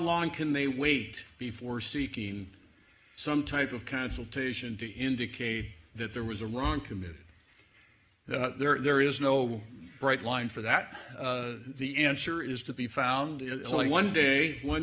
long can they wait before seeking some type of consultation to indicate that there was a wrong committed there is no bright line for that the answer is to be found in only one day one